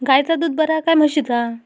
गायचा दूध बरा काय म्हशीचा?